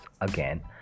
Again